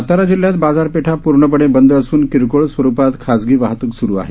साताराजिल्ह्यातबाजारपेठापूर्णपणेबंदअसूनकिरकोळस्वरूपातखाजगीवाहतूकस्रूआहे